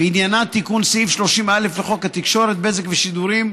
ועניינה תיקון סעיף 30א לחוק התקשורת (בזק ושידורים),